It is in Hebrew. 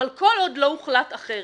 אבל כל עוד לא הוחלט אחרת,